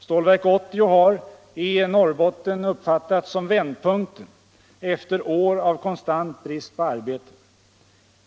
Stålverk 80 har i Norrbotten uppfattats som vändpunkten efter år av konstant brist på arbete.